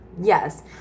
Yes